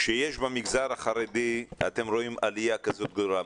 כשאתם רואים במגזר החרדי עלייה כזאת גדולה,